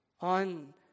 on